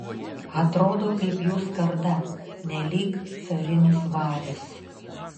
atrodo kaip jų skarda nelyg carinis varis